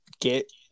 Get